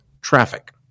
traffic